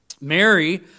Mary